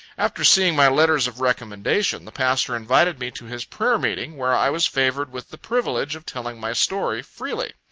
after seeing my letters of recommendation, the pastor invited me to his prayer meeting, where i was favored with the privilege of telling my story, freely.